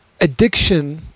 addiction